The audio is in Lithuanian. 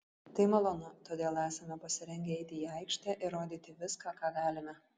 tai malonu todėl esame pasirengę eiti į aikštę ir rodyti viską ką galime